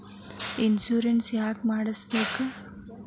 Insurance ಯಾಕ್ ಮಾಡಿಸಬೇಕು?